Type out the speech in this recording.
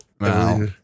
Wow